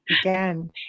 Again